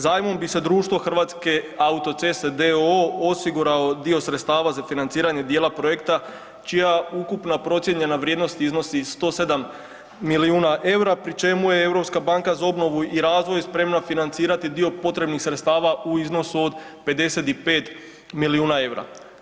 Zajmom bi se društvo Hrvatske autoceste d.o.o. osigurao dio sredstava za financiranje dijela projekta čija ukupna procijenjena vrijednost iznosi 107 milijuna eura, pri čemu je Europska banka za obnovu i razvoj spremna financirati dio potrebnih sredstava u iznosu od 55 milijuna eura.